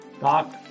doc